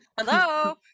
Hello